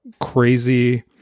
crazy